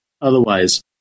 otherwise